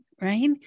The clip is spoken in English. right